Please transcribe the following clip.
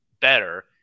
better